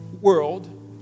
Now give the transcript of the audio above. world